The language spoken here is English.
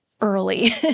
early